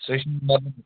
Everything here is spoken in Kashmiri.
سۄ چھَنہٕ مانٲنی